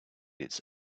its